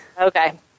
Okay